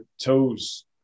toes